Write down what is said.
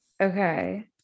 okay